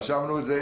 רשמנו את זה.